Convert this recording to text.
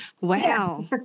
Wow